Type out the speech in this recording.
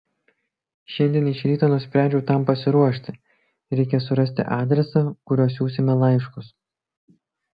šiandien iš ryto nusprendžiau tam pasiruošti reikia surasti adresą kuriuo siųsime laiškus